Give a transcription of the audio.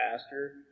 pastor